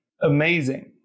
amazing